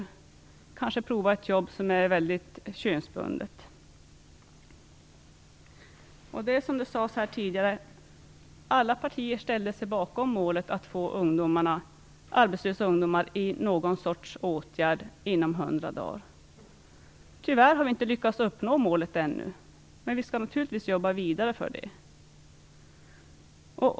Kanske handlar det om att prova på ett jobb som är väldigt könsbundet. Som det sagts här tidigare har alla partier ställt sig bakom målet att få arbetslösa ungdomar i någon sorts åtgärd inom 100 dagar. Tyvärr har vi ännu inte lyckats nå det målet, men vi skall naturligtvis jobba vidare för det.